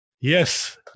Yes